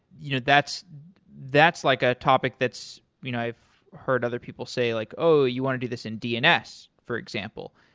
you know that's that's like a topic that's you know i've heard other people say, like, oh, you want to do this in dns, for example.